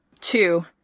Two